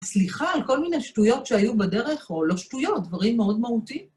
סליחה על כל מיני שטויות שהיו בדרך, או לא שטויות, דברים מאוד מהותים.